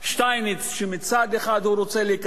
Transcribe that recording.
שמצד אחד הוא רוצה לקצץ בביטחון,